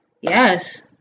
Yes